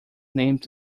named